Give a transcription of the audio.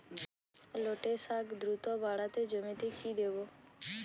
লটে শাখ দ্রুত বাড়াতে জমিতে কি দেবো?